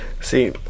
See